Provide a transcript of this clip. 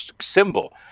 symbol